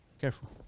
careful